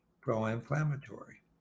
pro-inflammatory